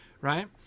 right